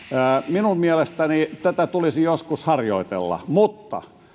minun mielestäni tätä tulisi joskus harjoitella mutta